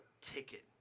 ticket